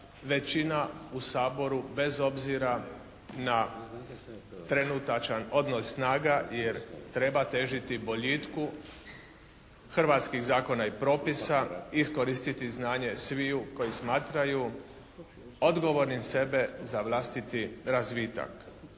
većina u Saboru bez obzira na trenutačan odnos snaga jer treba težiti boljitku hrvatskih zakona i propisa, iskoristiti znanje sviju koji smatraju odgovornim sebe za vlastiti razvitak.